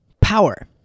Power